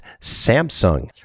Samsung